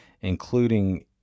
including